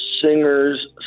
singers